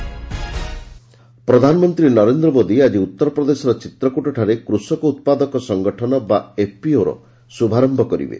PM FPO ପ୍ରଧାନମନ୍ତ୍ରୀ ନରେନ୍ଦ୍ର ମୋଦୀ ଆଜି ଉତ୍ତରପ୍ରଦେଶର ଚିତ୍ରକୁଟଠାରେ କୃଷକ ଉତ୍ପାଦକ ସଂଗଠନ ବା ଏଫ୍ପିଓର ଶୁଭାରମ୍ଭ କରିବେ